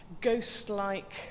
ghost-like